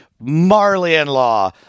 Marley-in-law